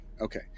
Okay